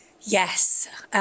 Yes